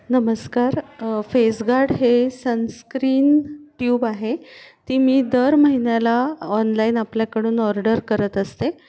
नमस्कार फेसगार्ड हे sunscreen tube आहे ती मी दर महिन्याला ऑनलाईन आपल्याकडून ऑर्डर करत असते